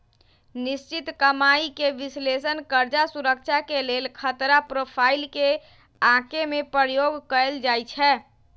निश्चित कमाइके विश्लेषण कर्जा सुरक्षा के लेल खतरा प्रोफाइल के आके में प्रयोग कएल जाइ छै